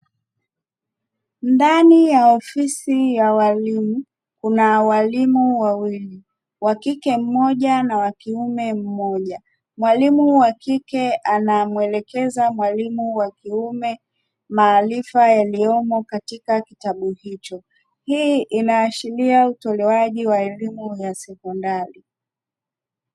Ndani ya ofisi ya waalimu kuna walimu wawili; wa kike mmoja, na wa kiume mmoja. Mwalimu wa kike anamwelekeza mwalimu wa kiume maarifa yaliyomo katika kitabu hicho. Hii inaashiria utolewaji wa elimu ya sekondari.